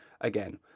again